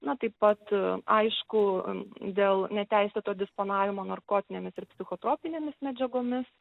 na taip pat aišku dėl neteisėto disponavimo narkotinėmis ir psichotropinėmis medžiagomis